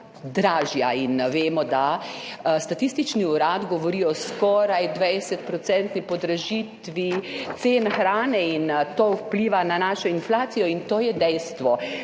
Vemo, da Statistični urad govori o skoraj 20-odstotni podražitvi cen hrane. To vpliva na našo inflacijo in to je dejstvo.